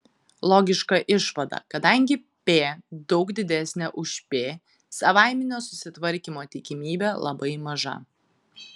logiška išvada kadangi p daug didesnė už p savaiminio susitvarkymo tikimybė labai maža